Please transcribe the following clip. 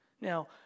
Now